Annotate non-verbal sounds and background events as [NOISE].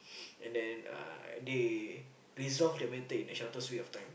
[NOISE] and then uh they resolve the matter in the shortest period of time